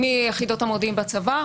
מיחידות המודיעין בצבא,